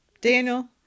Daniel